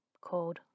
called